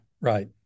right